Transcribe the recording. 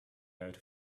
out